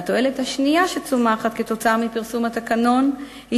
והתועלת השנייה שצומחת מפרסום התקנון היא,